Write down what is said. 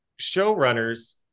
showrunners